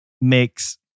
makes